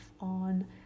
on